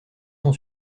son